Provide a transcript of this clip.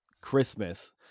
Christmas